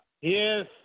Yes